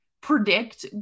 predict